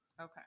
Okay